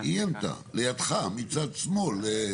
לא, היא ענתה, לידך, מצד שמאל.